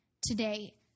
today